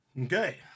Okay